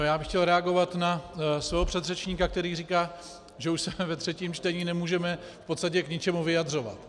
Já bych chtěl reagovat na svého předřečníka, který říká, že už se ve třetím čtení nemůžeme k podstatě k ničemu vyjadřovat.